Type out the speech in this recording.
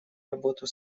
работу